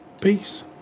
peace